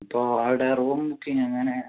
ഇപ്പോൾ അവിടെ room booking എങ്ങനെ